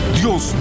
Dios